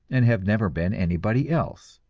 and have never been anybody else,